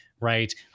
right